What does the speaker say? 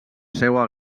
seua